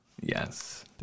Yes